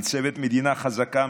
ניצבת מדינה חזקה,